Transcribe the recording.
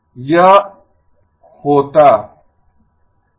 यह H z−1 R R होता